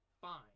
fine